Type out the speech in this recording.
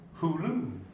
Hulu